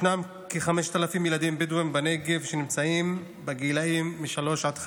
ישנם כ-5,000 ילדים בדואים בנגב בני שלוש עד חמש,